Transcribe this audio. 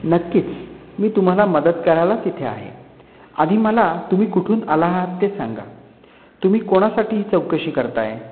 नक्कीच मी तुम्हाला मदत करायलाच इथे आहे आधी मला तुम्ही कुठून आला आहात ते सांगा तुम्ही कोणासाठी ही चौकशी करत आहे